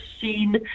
seen